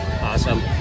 Awesome